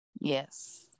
yes